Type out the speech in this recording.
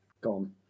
gone